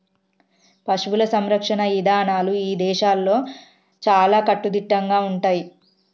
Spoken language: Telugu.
పశువుల సంరక్షణ ఇదానాలు ఇదేశాల్లో చాలా కట్టుదిట్టంగా ఉంటయ్యి